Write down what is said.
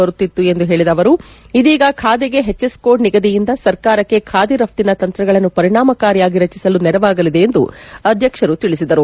ಬರುತ್ತಿತ್ತು ಎಂದು ಹೇಳಿದ ಅವರು ಇದೀಗ ಖಾದಿಗೆ ಹೆಚ್ ಎಸ್ ಕೋಡ್ ನಿಗದಿಯಿಂದ ಸರ್ಕಾರಕ್ಕೆ ಖಾದಿ ರಷ್ಟಿನ ತಂತ್ರಗಳನ್ನು ಪರಿಣಾಮಕಾರಿಯಾಗಿ ರಚಿಸಲು ನೆರವಾಗಲಿದೆ ಎಂದು ಅಧ್ಯಕ್ಷರು ತಿಳಿಸಿದರು